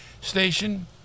station